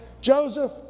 Joseph